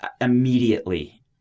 immediately